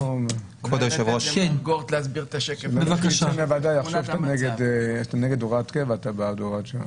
מי שיצא מהוועדה יחשוב שאתה נגד הוראת קבע ובעד הוראת שעה.